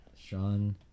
Sean